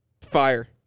Fire